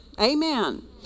Amen